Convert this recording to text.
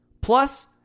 Plus